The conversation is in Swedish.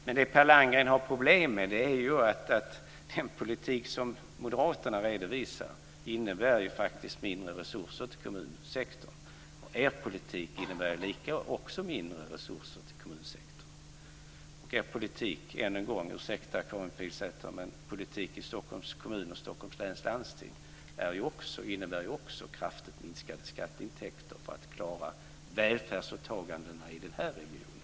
Det Per Landgren har problem med är att den politik som moderaterna redovisar innebär mindre resurser till kommunsektorn. Er politik innebär också mindre resurser till kommunsektorn. Än en gång: Ursäkta, Karin Pilsäter, men politiken i Stockholms kommun och Stockholms läns landsting innebär också kraftigt minskade skatteintäkter för att klara välfärdsåtagandena i den här regionen.